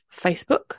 Facebook